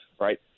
right